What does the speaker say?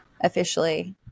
officially